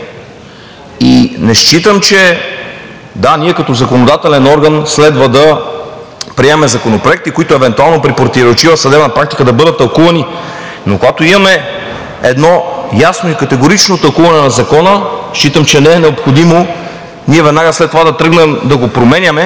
мнения по него. Да, ние като законодателен орган следва да приемаме законопроекти, които евентуално при противоречива съдебна практика да бъдат тълкувани, но когато имаме ясно и категорично тълкуване на Закона, считам, че не е необходимо веднага след това да тръгнем да го променяме,